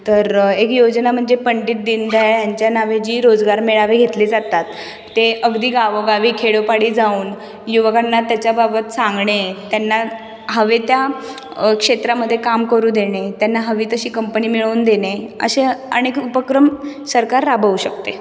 तर ही योजना म्हणजे पंडित दीनदयाळ यांच्या नावे जी रोजगार मिळावे घेतले जातात ते अगदी गावोगावी खेडोपाडी जाऊन युवकांना त्याच्या बाबत सांगणे त्यांना हवे त्या क्षेत्रामध्ये काम करू देणे त्यांना हवी तशी कंपनी मिळवून देणे असे अनेक उपक्रम सरकार राबवू शकते